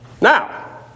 Now